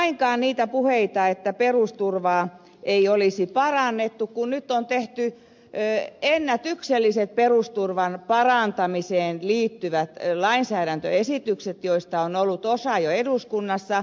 en ymmärrä lainkaan niitä puheita että perusturvaa ei olisi parannettu kun nyt on tehty ennätykselliset perusturvan parantamiseen liittyvät lainsäädäntöesitykset joista on ollut osa jo eduskunnassa